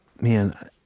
man